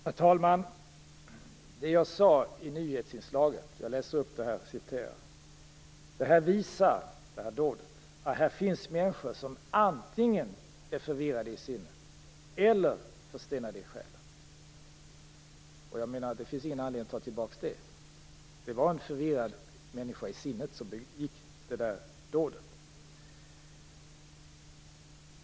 Herr talman! Det som jag sade i nyhetsinslaget var följande: Detta visar - detta dåd - att här finns människor som antingen är förvirrade i sinnet eller förstelnade i själen. Det finns ingen anledning att ta tillbaka detta uttalande. Det var en människa som var förvirrad i sinnet som begick detta dåd.